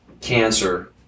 cancer